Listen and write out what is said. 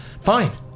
Fine